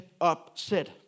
upset